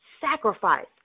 sacrifice